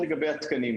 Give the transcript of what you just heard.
האחד, לגבי התקנים.